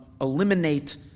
eliminate